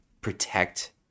protect